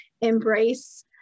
embrace